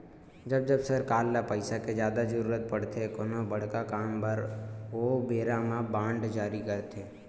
जब जब सरकार ल पइसा के जादा जरुरत पड़थे कोनो बड़का काम बर ओ बेरा म बांड जारी करथे